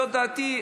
זאת דעתי,